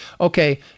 Okay